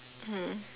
mm